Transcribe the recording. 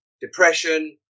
depression